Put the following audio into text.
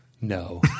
No